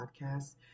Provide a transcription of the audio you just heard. podcast